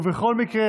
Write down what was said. ובכל מקרה,